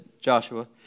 Joshua